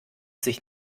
sich